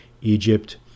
Egypt